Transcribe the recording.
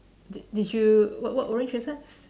did did you what what orange is that